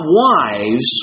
wise